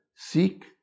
Seek